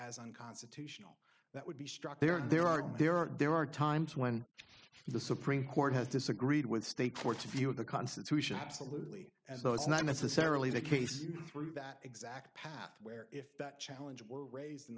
as unconstitutional that would be struck there are there are there are there are times when the supreme court has disagreed with state courts view of the constitution absolutely as though it's not necessarily the case through that exact path where if that challenge were raised in